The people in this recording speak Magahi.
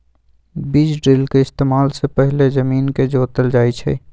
बीज ड्रिल के इस्तेमाल से पहिले जमीन के जोतल जाई छई